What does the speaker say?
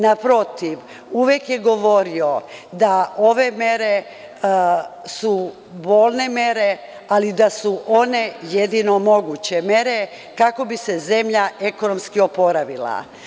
Naprotiv uvek je govorio da ove mere su bolne, ali su jedino moguće mere kako bi se zemlja ekonomski oporavila.